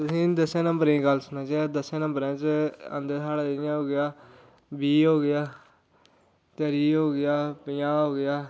तुसें ई दसें नंबरें दी गल्ल सनाचे दसें नंबरें च साढ़े जि'यां हो गेआ बीह् हो गेआ त्रीह् हो गेआ पंजाह्ं हो गेआ